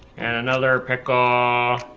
and another pickle.